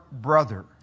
brother